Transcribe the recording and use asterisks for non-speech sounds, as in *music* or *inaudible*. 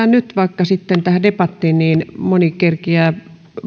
*unintelligible* nyt vaikka tähän debatti niin moni kerkeää